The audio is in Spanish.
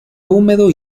húmedo